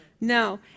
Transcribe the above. No